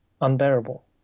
unbearable